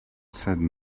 said